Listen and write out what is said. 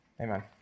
Amen